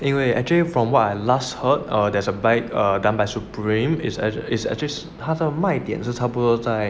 因为 actually from what I last heard err there's a bike done by Supreme is as his actually 他的卖点是差不多在